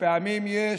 לפעמים יש,